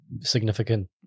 significant